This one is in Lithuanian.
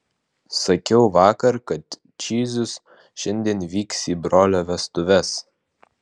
sakiau vakar kad čyžius šiandien vyks į brolio vestuves